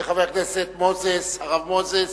חבר הכנסת הרב מוזס,